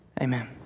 Amen